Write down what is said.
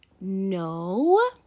No